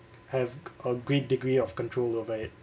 have a great degree of control over it